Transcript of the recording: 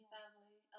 family